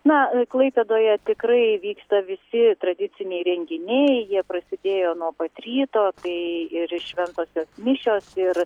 na klaipėdoje tikrai vyksta visi tradiciniai renginiai jie prasidėjo nuo pat ryto tai ir šventosios mišios ir